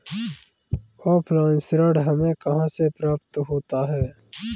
Offline ऋण हमें कहां से प्राप्त होता है?